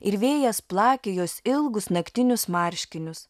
ir vėjas plakė jos ilgus naktinius marškinius